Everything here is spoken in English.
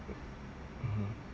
mmhmm